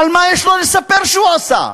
מה יש לו לספר שהוא עשה?